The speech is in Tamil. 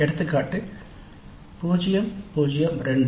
எடுத்துக்காட்டு 0 0 2